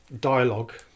dialogue